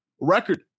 Record